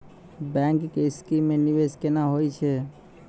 Bank के scheme मे निवेश केना होय छै?